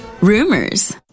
rumors